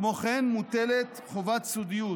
כמו כן, מוטלת חובת סודיות